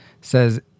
says